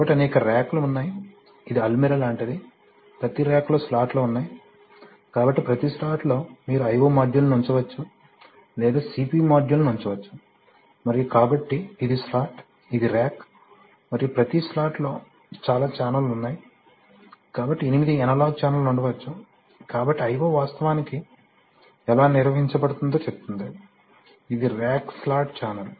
కాబట్టి అనేక రాక్లు ఉన్నాయి ఇది అల్మిరా లాంటిది ప్రతి రాక్లో స్లాట్లు ఉన్నాయి కాబట్టి ప్రతి స్లాట్లో మీరు io మాడ్యూళ్ళను ఉంచవచ్చు లేదా CPU మాడ్యూళ్ళను ఉంచవచ్చు మరియు కాబట్టి ఇది స్లాట్ ఇది ర్యాక్ మరియు ప్రతి స్లాట్లో చాలా ఛానెల్లు ఉన్నాయి కాబట్టి ఎనిమిది అనలాగ్ ఛానెల్ ఉండవచ్చు కాబట్టి I 0 వాస్తవానికి ఎలా నిర్వహించబడుతుందో చెప్తుంది ఇది ర్యాక్ స్లాట్ ఛానల్